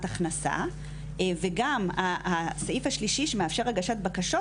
הכנסה וגם הסעיף השלישי שמאפשר הגשת בקשות,